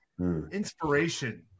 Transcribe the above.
Inspiration